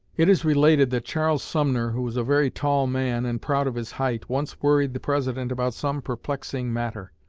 it is related that charles sumner, who was a very tall man, and proud of his height, once worried the president about some perplexing matter,